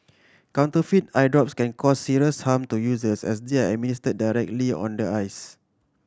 counterfeit eye drops can cause serious harm to users as they are administered directly on the eyes